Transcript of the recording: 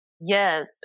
Yes